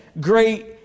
great